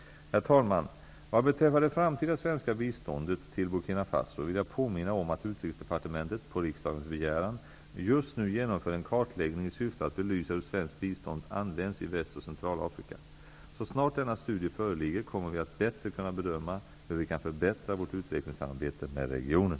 Herr talman! Vad beträffar det framtida svenska biståndet till Burkina Faso vill jag påminna om att Utrikesdepartementet på riksdagens begäran just nu genomför en kartläggning i syfte att belysa hur svenskt bistånd används i Väst och Centralafrika. Så snart denna studie föreligger kommer vi att bättre kunna bedöma hur vi kan förbättra vårt utvecklingssamarbete med regionen.